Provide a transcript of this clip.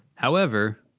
however,